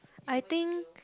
I think